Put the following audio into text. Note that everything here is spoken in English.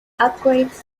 upgrades